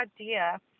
idea